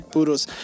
Puros